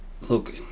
look